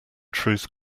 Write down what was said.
truth